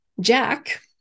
Jack